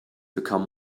become